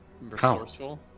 Resourceful